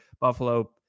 Buffalo